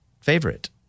favorite